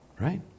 right